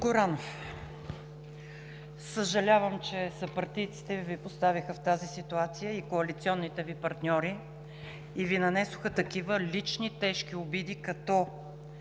Господин Горанов, съжалявам, че съпартийците Ви Ви поставиха в тази ситуация, и коалиционните Ви партньори, и Ви нанесоха такива лични тежки обиди, като: